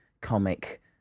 comic